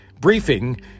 briefing